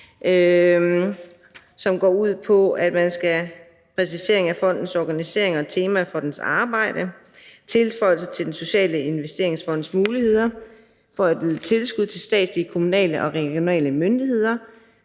i alt: Man skal have en præcisering af fondens organisering og temaer for dens arbejde; en tilføjelse til Den Sociale Investeringsfonds muligheder for at yde tilskud til statslige, kommunale og regionale myndigheder;